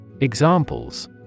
Examples